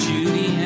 Judy